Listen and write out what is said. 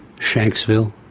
shanksville,